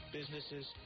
businesses